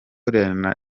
arengera